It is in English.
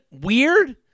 weird